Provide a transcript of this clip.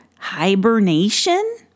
hibernation